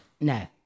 No